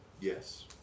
Yes